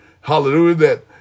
hallelujah